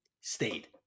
stayed